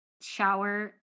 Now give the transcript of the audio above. shower